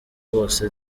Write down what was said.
bose